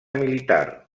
militar